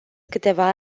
câteva